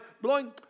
blowing